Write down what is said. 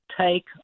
take